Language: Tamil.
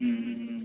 ம்ம்ம்